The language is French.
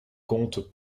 compte